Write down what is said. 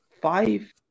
five